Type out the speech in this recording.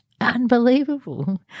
unbelievable